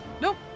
nope